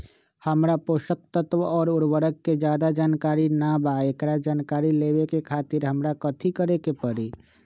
हमरा पोषक तत्व और उर्वरक के ज्यादा जानकारी ना बा एकरा जानकारी लेवे के खातिर हमरा कथी करे के पड़ी?